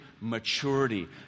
maturity